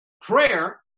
Prayer